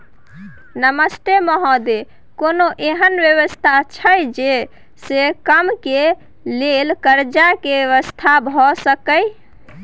नमस्ते महोदय, कोनो एहन व्यवस्था छै जे से कम के लेल कर्ज के व्यवस्था भ सके ये?